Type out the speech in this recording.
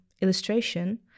illustration